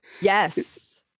Yes